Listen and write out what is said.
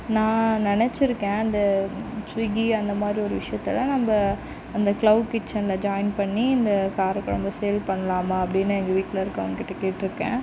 நான் நினச்சிருக்கேன் இந்த ஸ்விகி அந்த மாரி ஒரு விஷயத்தலாம் நம்ப அந்த க்லௌட் கிச்சனில் ஜாய்ன் பண்ணி இந்த காரக்குழம்ப சேல் பண்ணலாமா அப்படின்னு எங்கள் வீட்டில் இருக்கிறவங்க கிட்ட கேட்டுருக்கேன்